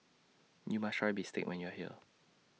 YOU must Try Bistake when YOU Are here